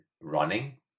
running